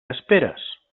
esperes